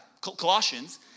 Colossians